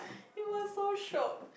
it was so shiok